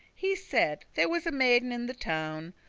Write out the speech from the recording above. he said, there was a maiden in the town,